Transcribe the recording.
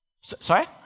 Sorry